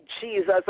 Jesus